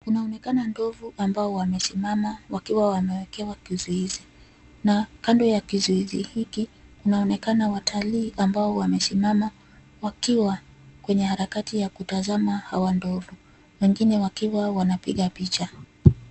Unaonekana ndovu ambao wamesimama wakiwa wamewekewa kizuizi na kando ya kizuizi hiki, unaonekana watalii ambao wamesimama wakiwa kwenye harakati ya kutazama hawa ndovu, wengine wakiwa wanapiga picha.